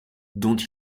dont